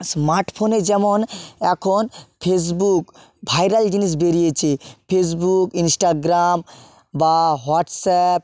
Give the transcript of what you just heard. স্মার্টফোনে যেমন এখন ফেসবুক ভাইরাল জিনিস বেরিয়েছে ফেসবুক ইনস্টাগ্রাম বা হোয়াটসঅ্যাপ